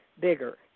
bigger